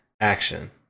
action